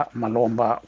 malomba